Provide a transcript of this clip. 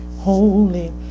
holy